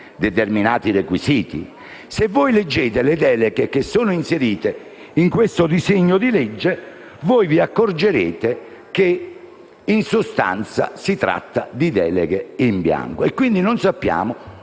determinati requisiti. Se leggete le deleghe inserite in questo disegno di legge vi accorgerete che in sostanza si tratta di deleghe in bianco. Quindi, non sappiamo